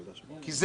כי זו